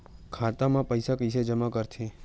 खाता म पईसा कइसे जमा करथे?